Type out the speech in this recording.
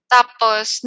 Tapos